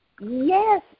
Yes